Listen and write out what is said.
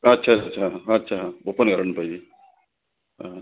अच्छा अच्छा अच्छा ओपन गराऊंड पाहिजे